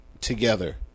together